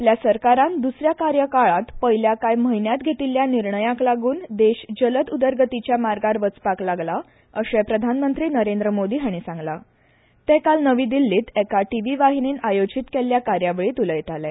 आपल्या सरकारान द्सऱ्या कार्यकाळांत पयल्या कांय म्हयन्यांत घेतिल्ल्या निर्णयाक लागून देश जलद उदरगतीच्या मार्गार वचपाक लागला अर्शे प्रधानमंत्री नरेंद्र मोदी हांणी सांगलां ते काल नवी दिल्लींत एका टीव्ही चॅनलान आयोजीत केल्ले कार्यावळीत उलयताले